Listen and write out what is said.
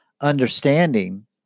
understanding